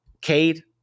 Cade